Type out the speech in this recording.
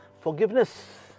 forgiveness